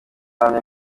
ahamya